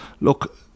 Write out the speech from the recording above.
look